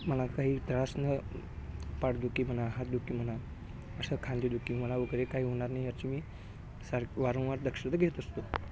मला काही त्रास ना पाटदुखी म्हणा हातदुखी म्हणा अशा खांदेदुखी मला वगैरे काही होणार नाही याची मी सारखं वारंवार दक्षता घेत असतो